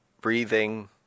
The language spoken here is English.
breathing